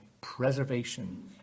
preservation